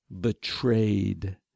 Betrayed